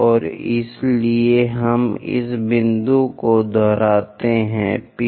और इसलिए हम इस बिंदु पर दोहराते हैं P